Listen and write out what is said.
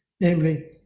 namely